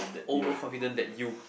over confident that you